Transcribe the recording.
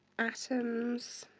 atoms,